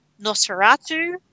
Nosferatu